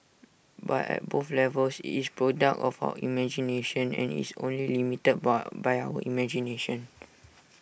but at both levels IT is product of our imagination and IT is only limited boy by our imagination